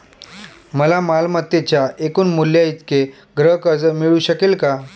मला मालमत्तेच्या एकूण मूल्याइतके गृहकर्ज मिळू शकेल का?